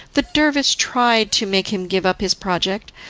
the dervish tried to make him give up his project,